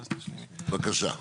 בבקשה.